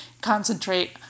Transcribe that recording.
concentrate